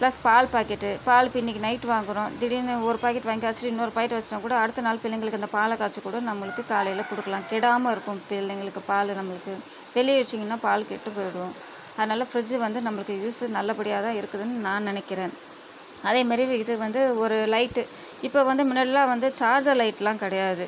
plus பால் packet பால் இப்போது இன்றைக்கு நைட் வாங்குகிறோம் திடீர்னு ஒரு பாக்கெட் வாங்கி காய்ச்சிட்டு இன்னொரு பாக்கெட்டை வைச்சா கூட அடுத்த நாள் பிள்ளைங்களுக்கு இந்த பாலை காய்ச்சி கூட நம்மளுக்கு காலையில் கொடுக்கலாம் கெடாமல் இருக்கும் பிள்ளைங்களுக்கு பால் நம்பளுக்கு வெளியில் வைச்சிங்கன்னா பால் கெட்டுப்போயிடும் அதனாலே ஃப்ரிட்ஜ் வந்து நம்மளுக்கு யூஸ் நல்லபடியாக தான் இருக்குதுன்னு நான் நினைக்கிறேன் அதே மாதிரி இது வந்து ஒரு லைட்டு இப்போ வந்து முன்னாடியெலாம் வந்து சார்ஜர் லைட்டெலாம் கிடையாது